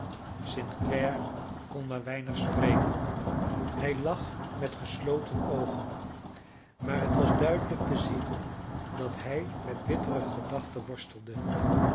clare kon maar weinig spreken hij lag met gesloten oogen maar het was duidelijk te zien dat hij met bittere gedachten worstelde